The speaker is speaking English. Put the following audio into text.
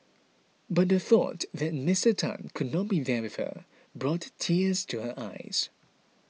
but the thought that Mister Tan could not be there with her brought tears to her eyes